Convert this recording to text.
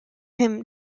him